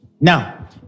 Now